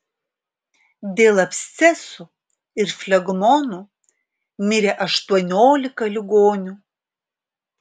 dėl abscesų ir flegmonų mirė aštuoniolika ligonių